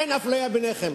אין אפליה ביניכם.